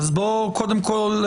קודם כול,